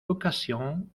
occasions